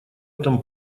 этом